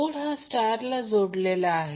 load हा star जोडलेला आहे